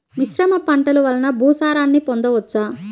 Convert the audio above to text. మిశ్రమ పంటలు వలన భూసారాన్ని పొందవచ్చా?